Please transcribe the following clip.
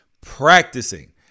practicing